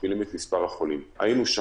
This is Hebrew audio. מכפילים את מספר החולים היינו שם.